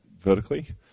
vertically